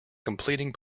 completing